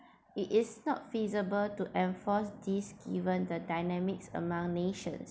it is not feasible to enforce this given the dynamics among nations